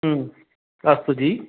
अस्तु जी